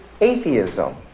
Atheism